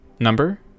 number